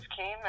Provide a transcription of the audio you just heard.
came